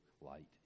light